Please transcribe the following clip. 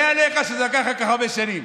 אני מתפלא עליך שזה לקח לך כל כך הרבה שנים.